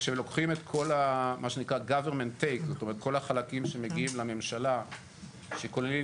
כשלוקחים את כל החלקים שמגיעים לממשלה שכוללים